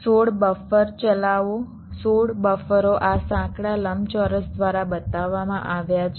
16 buffer ચલાવો 16 બફરો આ સાંકડા લંબચોરસ દ્વારા બતાવવામાં આવ્યા છે